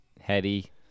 heady